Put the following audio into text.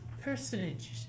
personage